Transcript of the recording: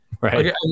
Right